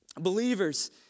Believers